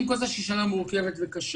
עם כל זה שהיא שנה מורכבת וקשה.